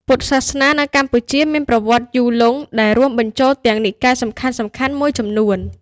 ពុទ្ធសាសនានៅកម្ពុជាមានប្រវត្តិយូរលង់ ដែលរួមបញ្ចូលទាំងនិកាយសំខាន់ៗមួយចំនួន។